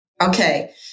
Okay